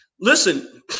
listen